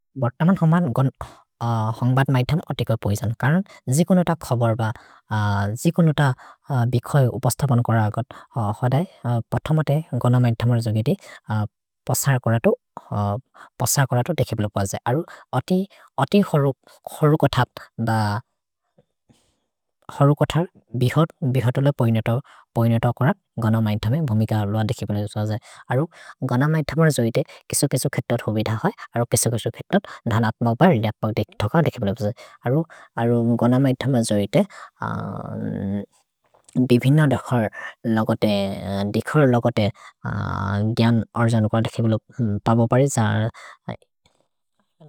भोर्तमन् हमन् हन्ग्बत् मैथम् अतिकर् पैजन्, करन् जिकुनुत खबर् ब, जिकुनुत बिखोइ उपस्थपन् कोरगत् होदय्, पथमते गन मैथमर् जोगेति पसर् कोरतु देखेबिल कोजए। अरु अति हरु कोथर् बिहोत्, बिहोत् ओले पोइनेत कोरग् गन मैथमे भुमिक अर्लोअ देखेबिल कोजए। अरु गन मैथमर् जोगेति किसो-किसो खेतोत् होबिध होइ, अरु किसो-किसो खेतोत् धनत्म उपर् लेपक् देख्थक देखेबिल कोजए। अरु गन मैथमर् जोगेति दिविन देखर् लोगते, देखर् लोगते ग्यन् अर्जन् कोर देखेबिल पबो पैजन्।